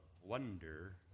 wonder